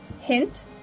Hint